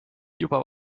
juba